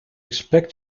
expect